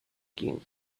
king